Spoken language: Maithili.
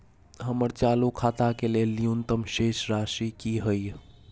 हमर चालू खाता के लेल न्यूनतम शेष राशि की हय?